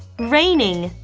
raining.